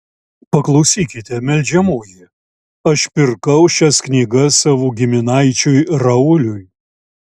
paklausykite meldžiamoji aš pirkau šias knygas savo giminaičiui rauliui